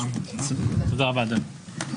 תודה רבה, אדוני.